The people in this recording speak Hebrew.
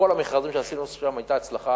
בכל המכרזים שעשינו שם היתה הצלחה